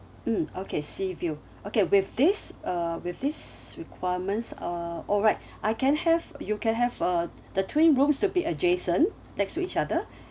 mm okay sea view okay with this err with this requirements err alright I can have you can have a the twin rooms to be adjacent next to each other